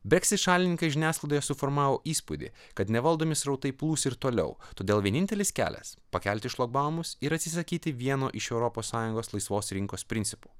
brexit šalininkai žiniasklaidoje suformavo įspūdį kad nevaldomi srautai plūs ir toliau todėl vienintelis kelias pakelti šlagbaumus ir atsisakyti vieno iš europos sąjungos laisvos rinkos principų